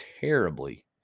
terribly